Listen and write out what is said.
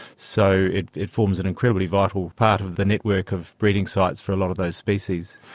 so it it forms an incredibly vital part of the network of breeding sites for a lot of those species.